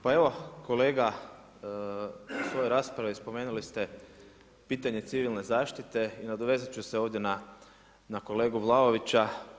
Pa evo, kolega u svojoj raspravi spomenuli ste pitanje civilne zaštite i nadovezat ću se ovdje na kolegu Vlaovića.